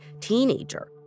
teenager